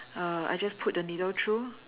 uh I just put the needle through